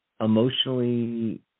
emotionally